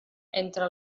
entre